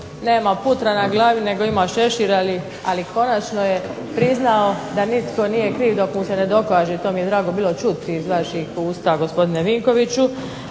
Nema putra na glavi nego ima šešir, ali konačno je priznao da nitko nije kriv dok mu se ne dokaže. To mi je bilo drago čuti iz vaših usta gospodine Vinkoviću